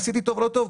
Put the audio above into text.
עשיתי טוב או לא טוב,